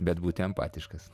bet būti empatiškas